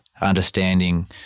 understanding